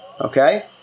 Okay